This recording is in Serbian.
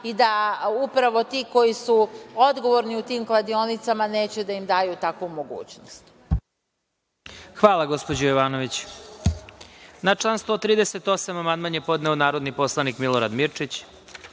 i da upravo ti koji su odgovorni u tim kladionicama neće da im daju takvu mogućnost? **Vladimir Marinković** Hvala, gospođo Jovanović. Na član 138. amandman je podneo narodni poslanik Milorad Mirčić. Da